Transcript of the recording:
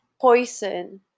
poison